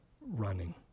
running